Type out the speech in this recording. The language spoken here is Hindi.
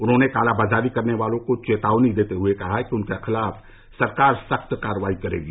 उन्होंने कालाबाजारी करने वालों को चेतावनी देते हुए कहा कि उनके खिलाफ सरकार सख्त कार्रवाई करेगी